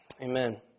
Amen